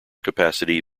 capacity